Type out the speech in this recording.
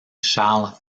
charles